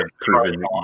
proven